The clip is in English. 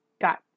got